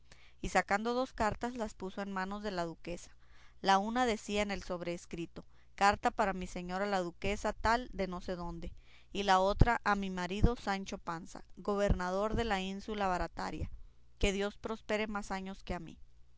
y sacando dos cartas las puso en manos de la duquesa la una decía en el sobreescrito carta para mi señora la duquesa tal de no sé dónde y la otra a mi marido sancho panza gobernador de la ínsula barataria que dios prospere más años que a mí